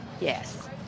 Yes